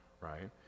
right